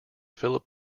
phillip